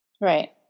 Right